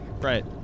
Right